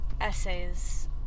essays